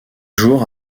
jours